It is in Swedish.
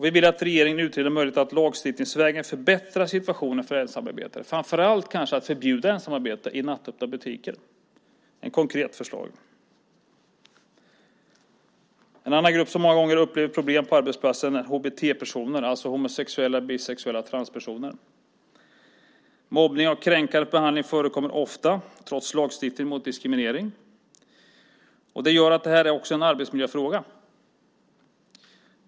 Vi vill att regeringen utreder om det är möjligt att lagstiftningsvägen förbättra situationen för ensamarbetare, framför allt kanske att förbjuda ensamarbete i nattöppna butiker. Det är ett konkret förslag. En annan grupp som många gånger upplever problem på arbetsplatsen är HBT-personer, alltså homosexuella, bisexuella och transpersoner. Mobbning och kränkande behandling förekommer ofta trots lagstiftning mot diskriminering. Det gör att detta också är en arbetsmiljöfråga.